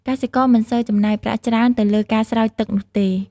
កសិករមិនសូវចំណាយប្រាក់ច្រើនទៅលើការស្រោចទឹកនោះទេ។